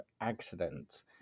accidents